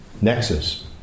nexus